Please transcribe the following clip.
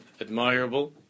admirable